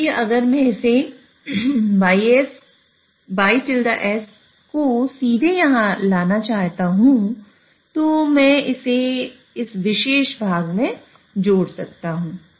इसलिए अगर मैं इस को सीधे यहां लाना चाहता हूँ तो मैं इसे इस विशेष भाग में जोड़ सकता हूँ